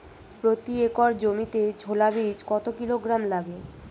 প্রতি একর জমিতে ছোলা বীজ কত কিলোগ্রাম লাগে?